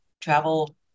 travel